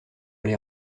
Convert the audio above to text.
les